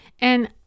And-